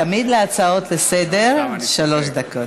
תמיד להצעות לסדר-היום יש שלוש דקות.